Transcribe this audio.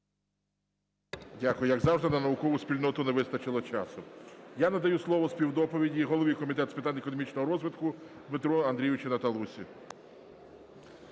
Дякую. Як завжди на наукову спільноту не вистачило часу. Я надаю слово для співдоповіді голові Комітету з питань економічного розвитку Дмитру Андрійовичу Наталусі.